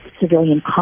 civilian